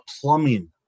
plumbing